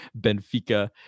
Benfica